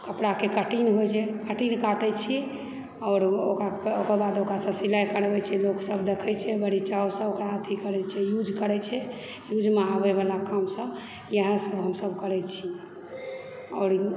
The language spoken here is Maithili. कपड़ाके कटिंग होइ छै कटिंगकटिंग काटय छी आओर ओकर बाद ओकरा सिलाई करबैत छी लोकसभ देखै छै बड़ी चावसँ ओकर अथी करय छै यूज करैत छै यूजमे आबय वाला काम सभ इएहसभ हमसभ करैत छी आओर